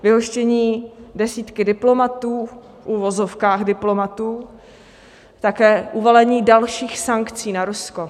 Vyhoštění desítky diplomatů, v uvozovkách diplomatů, také uvalení dalších sankcí na Rusko.